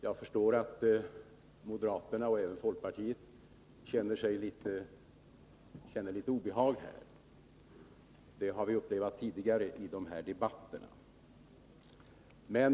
Jag förstår att moderaterna och även folkpartisterna känner litet obehag, Det har vi upplevt tidigare i de här debatterna.